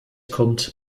kommt